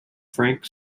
frank